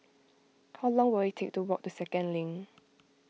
how long will it take to walk to Second Link